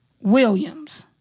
Williams